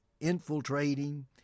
infiltrating